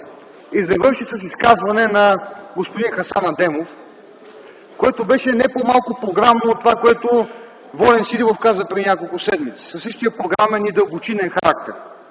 и завърши с изказване на господин Хасан Адемов, което беше не по-малко програмно от онова, което Волен Сидеров каза преди няколко седмици, със същия програмен и дълбочинен характер.